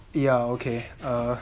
ya okay err